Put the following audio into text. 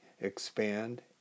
expand